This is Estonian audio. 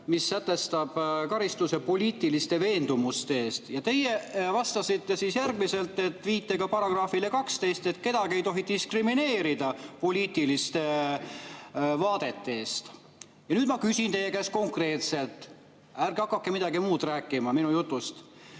mis sätestab karistuse poliitiliste veendumuste eest, ja teie vastasite viitega §-le 12, et kedagi ei tohi diskrimineerida poliitiliste vaadete eest. Nüüd ma küsin teie käest konkreetselt, ärge hakake midagi muud rääkima minu jutu